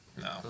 No